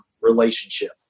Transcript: relationship